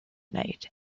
night